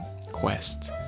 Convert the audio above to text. quest